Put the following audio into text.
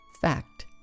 Fact